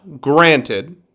granted